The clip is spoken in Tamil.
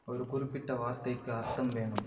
ஒரு குறிப்பிட்ட வார்த்தைக்கு அர்த்தம் வேணும்